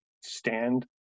stand